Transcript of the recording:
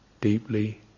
deeply